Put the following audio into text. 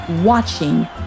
watching